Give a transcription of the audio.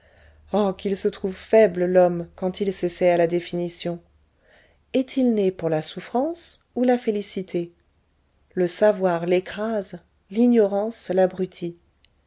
oh qu'il se trouve faible l'homme quand il s'essaie à la définition est-il né pour la souffrance ou la félicité le savoir l'écrase l'ignorance l'abrutit